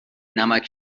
نمکـ